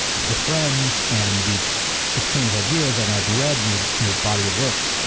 we're friends and we've exchanged ideas and i've read your your body of work,